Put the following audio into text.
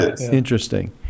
Interesting